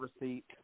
receipt